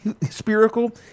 spherical